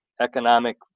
economic